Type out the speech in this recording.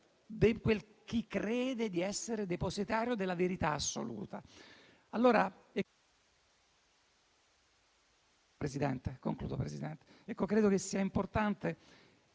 e chi crede di essere depositario della verità assoluta.